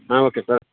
ಹಾಂ okay sir